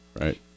right